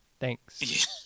Thanks